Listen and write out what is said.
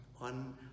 on